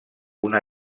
una